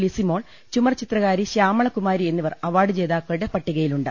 ലിസിമോൾ ചുമർചിത്രകാരി ശൃാമളകുമാരി എന്നിവർ അവാർഡ് ജേതാക്കളുടെ പട്ടികയിലുണ്ട്